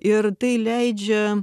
ir tai leidžia